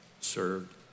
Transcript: served